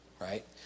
right